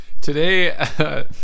Today